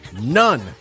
None